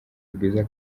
rwiza